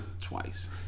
twice